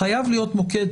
חייב להיות מוקד.